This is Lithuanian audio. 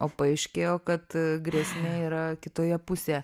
o paaiškėjo kad grėsmė yra kitoje pusėje